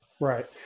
Right